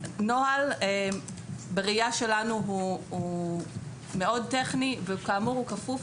נוהל שבראייה שלנו הוא מאוד טכני וכאמור הוא כפוף